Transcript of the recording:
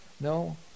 No